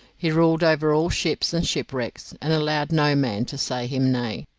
he ruled over all ships and shipwrecks, and allowed no man to say him nay.